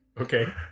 Okay